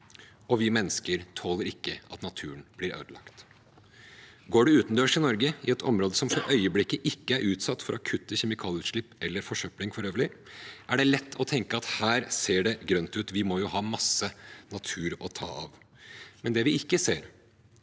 og vi mennesker tåler ikke at naturen blir ødelagt. Går man utendørs i Norge i et område som for øyeblikket ikke er utsatt for akutte kjemikalieutslipp eller forsøpling for øvrig, er det lett å tenke at her ser det grønt ut, vi må jo ha masse natur å ta av. Det vi ikke ser,